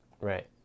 right